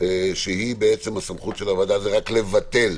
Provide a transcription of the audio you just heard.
ההכרזה שבה הסמכות של הוועדה היא רק לבטל